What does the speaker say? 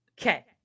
Okay